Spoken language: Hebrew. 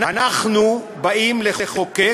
אנחנו באים לחוקק